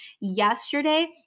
yesterday